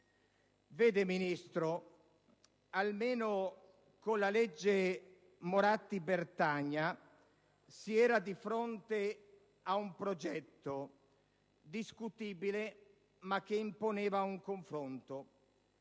Ministro, almeno con la legge Moratti-Bertagna si era di fronte a un progetto, discutibile ma che imponeva un confronto.